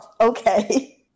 Okay